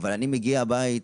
אבל אני מגיע הביתה,